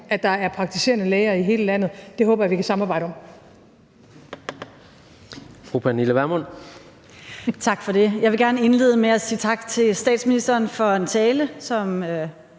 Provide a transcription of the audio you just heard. at der er praktiserende læger i hele landet. Det håber jeg vi kan samarbejde om.